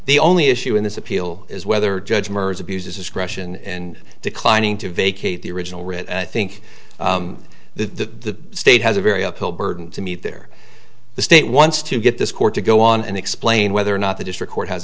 the only issue in this appeal is whether judge merz abuses discretion and declining to vacate the original writ and i think the state has a very uphill burden to meet there the state wants to get this court to go on and explain whether or not the district court has